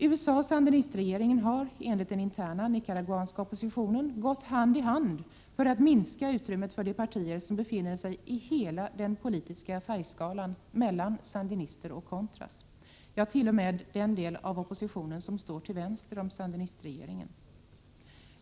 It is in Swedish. USA och sandinistregeringen har, enligt den interna nicaraguanska oppositionen, gått hand i hand för att minska utrymmet för de partier som befinner sig i hela den politiska färgskalan mellan sandinister och contras, ja, t.o.m. för den del av oppositionen som står till vänster om sandinistregeringen.